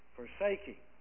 forsaking